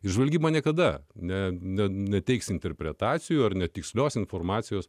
žvalgymo niekada net nenuteiks interpretacijų ar netikslios informacijos